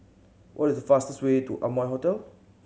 what is the fastest way to Amoy Hotel